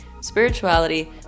spirituality